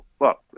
look